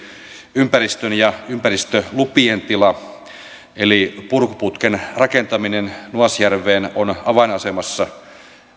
ympäristön ja ympäristölupien tila eli purkuputken rakentaminen nuasjärveen on avainasemassa